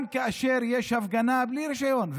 וגם כאשר יש הפגנה בלי רישיון,